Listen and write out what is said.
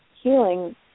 healing